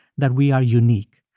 that we are unique.